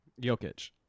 Jokic